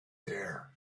there